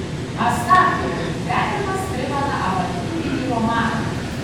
astafjevo gyvenimas primena avantiūrinį romaną